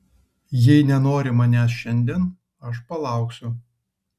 jei nenori manęs šiandien aš palauksiu